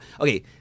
Okay